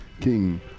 King